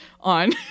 on